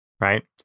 right